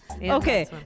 Okay